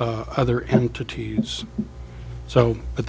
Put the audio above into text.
other entities so but